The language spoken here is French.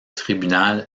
tribunal